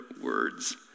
words